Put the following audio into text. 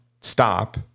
stop